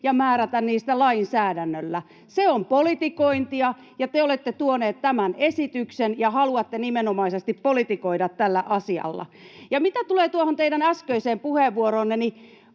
ja määrätä niistä lainsäädännöllä. Se on politikointia, ja te olette tuoneet tämän esityksen ja haluatte nimenomaisesti politikoida tällä asialla. Ja mitä tulee tuohon teidän äskeiseen puheenvuoroonne,